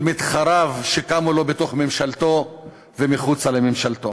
מתחריו שקמו לו בתוך ממשלתו ומחוץ לממשלתו.